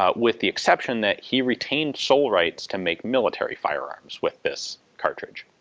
ah with the exception that he retained sole rights to make military firearms with this cartridge.